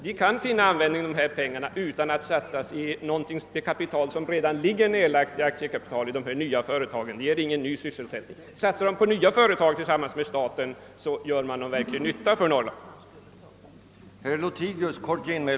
Vi kan finna användning för pengarna utan att de satsas i aktiekapital som redan finns nedlagt i företagen. Det ger ingen ny sysselsättning. Om pengarna satsas på nya företag som drivs tillsammans med staten, gör de verklig nytta för Norrland.